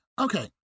Okay